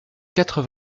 quatre